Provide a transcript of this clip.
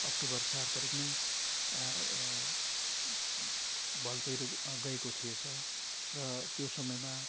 October चार तारिख नै भल पहिरो गएको थिएछ र त्यो समयमा